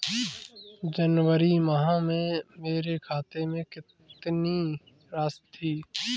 जनवरी माह में मेरे खाते में कितनी राशि थी?